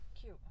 cute